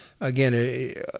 Again